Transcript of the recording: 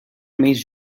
més